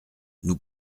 nous